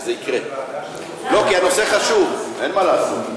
שזה יקרה, כי הנושא חשוב, אין מה לעשות.